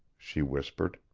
she whispered.